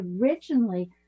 originally